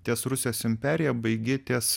ties rusijos imperija baigi ties